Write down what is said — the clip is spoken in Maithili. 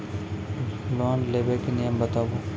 लोन लेबे के नियम बताबू?